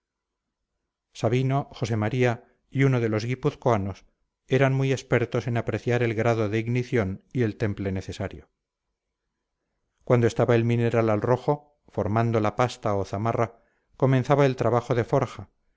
sabino josé maría y uno de los guipuzcoanos eran muy expertos en apreciar el grado de ignición y el temple necesario cuando estaba el mineral al rojo formando la pasta o zamarra comenzaba el trabajo de forja